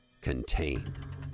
Contain